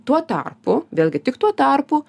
tuo tarpu vėlgi tik tuo tarpu